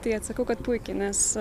tai atsakau kad puikiai nes